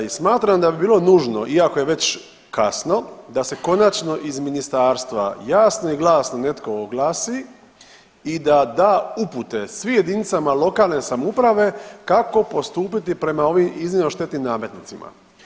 I smatram da bi bilo nužno iako je već kasno, da se konačno iz ministarstva jasno i glasno netko oglasi i da da upute svim jedinicama lokalne samouprave kako postupiti prema ovim iznimno štetnim nametnicima.